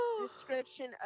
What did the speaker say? description